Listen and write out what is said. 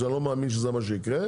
ואני לא מאמין שזה מה שיקרה,